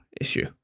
issue